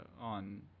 on